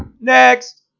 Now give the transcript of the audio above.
next